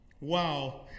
Wow